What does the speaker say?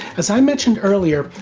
as i mentioned earlier,